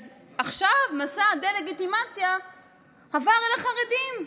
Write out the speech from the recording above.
אז עכשיו מסע הדה-לגיטימציה עבר אל החרדים,